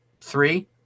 three